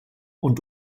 und